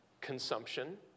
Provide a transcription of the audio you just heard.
Consumption